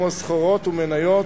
כמו סחורות ומניות.